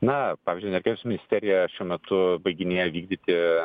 na pavyzdžiui energetikos ministerija šiuo metu baiginėja vykdyti